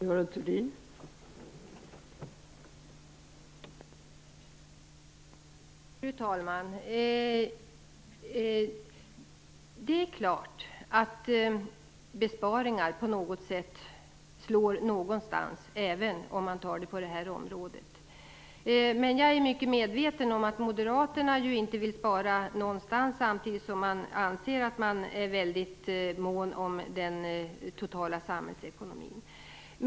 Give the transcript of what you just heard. Fru talman! Det är klart att besparingar slår någonstans även om man gör dem på detta område. Jag är mycket medveten om att Moderaterna inte vill spara någonstans, samtidigt som man anser att man är väldigt mån om den totala samhällsekonomin.